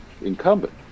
incumbent